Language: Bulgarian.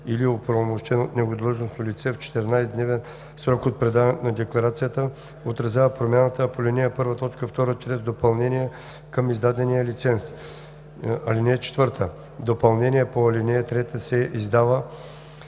или оправомощено от него длъжностно лице в 14-дневен срок от представяне на декларацията отразява промяната по ал. 1, т. 2 чрез допълнение към издадения лиценз. (4) Допълнението по ал. 3 се издава